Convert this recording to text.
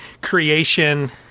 creation